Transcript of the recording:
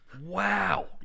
wow